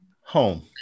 home